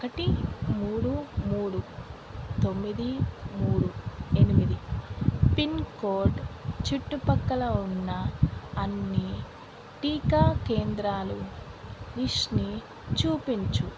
ఒకటి మూడు మూడు తొమ్మిది మూడు ఎనిమిది పిన్కోడ్ చుట్టుపక్కల ఉన్న అన్ని టీకా కేంద్రాలు లిస్ట్ని చూపించు